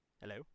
Hello